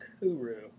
Kuru